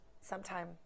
sometime